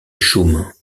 chaumes